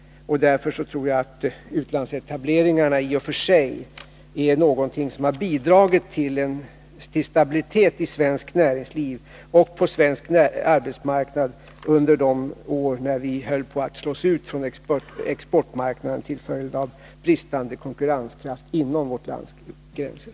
Därför tror jag att utlandsetableringarna i och för sig är någonting som har bidragit till stabilitet i svenskt näringsliv och på svensk arbetsmarknad under de år då vi höll på att slås ut från exportmarknaden till följd av bristande konkurrenskraft inom vårt lands gränser.